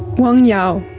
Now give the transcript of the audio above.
wang yao,